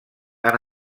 han